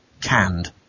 canned